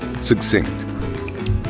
Succinct